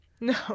No